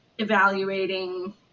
evaluating